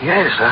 Yes